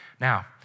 Now